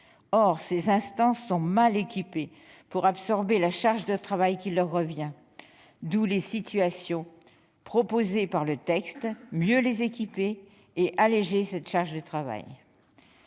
Or ces instances sont mal équipées pour absorber la charge de travail qui leur revient. D'où les solutions proposées par le texte : mieux les équiper et alléger cette charge de travail.